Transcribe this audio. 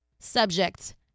Subject